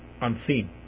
unseen